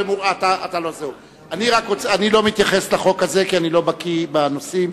לא מתייחס לחוק הזה, כי אני לא בקי בנושאים.